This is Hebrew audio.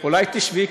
אולי תשבי?